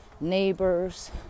neighbors